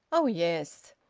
oh yes.